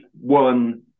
one